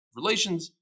relations